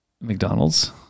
McDonald's